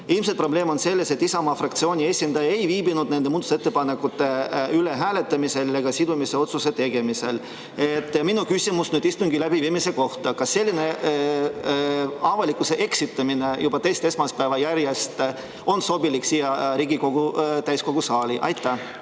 Ilmselt probleem on selles, et Isamaa fraktsiooni esindaja ei viibinud nende muudatusettepanekute hääletamisel ega sidumisotsuse tegemisel. Minu küsimus istungi läbiviimise kohta: kas selline avalikkuse eksitamine juba teist esmaspäeva järjest on sobilik siin Riigikogu täiskogu saalis? Aitäh!